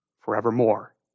forevermore